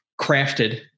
crafted